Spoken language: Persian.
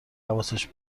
حواسش